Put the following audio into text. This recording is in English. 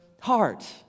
heart